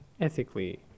Ethically